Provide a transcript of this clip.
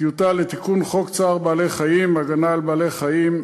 טיוטת תיקון של חוק צער בעלי-חיים (הגנה על בעלי-חיים),